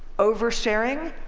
oversharing,